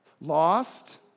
Lost